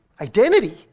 identity